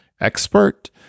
expert